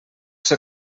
ser